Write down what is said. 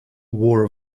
war